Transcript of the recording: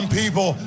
people